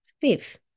Fifth